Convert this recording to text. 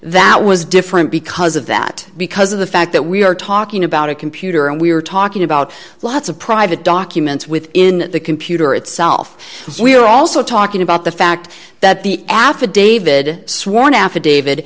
that was different because of that because of the fact that we are talking about a computer and we're talking about lots of private documents within the computer itself we're also talking about the fact that the affidavit sworn affidavit